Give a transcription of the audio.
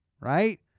Right